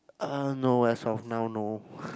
uh no as of now no